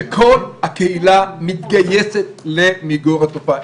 שכל הקהילה מתגייסת למיגור התופעה.